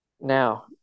Now